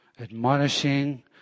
admonishing